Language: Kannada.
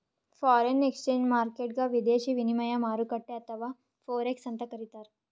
ಫಾರೆನ್ ಎಕ್ಸ್ಚೇಂಜ್ ಮಾರ್ಕೆಟ್ಗ್ ವಿದೇಶಿ ವಿನಿಮಯ ಮಾರುಕಟ್ಟೆ ಅಥವಾ ಫೋರೆಕ್ಸ್ ಅಂತ್ ಕರಿತಾರ್